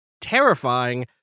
terrifying